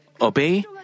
obey